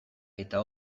eta